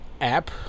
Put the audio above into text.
app